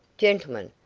gentlemen,